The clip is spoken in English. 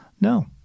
no